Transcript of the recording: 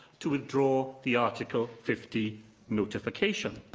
to withdraw the article fifty notification.